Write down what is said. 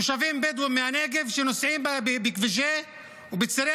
תושבים בדואים מהנגב שנוסעים בכבישי ובצירי